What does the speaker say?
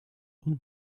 und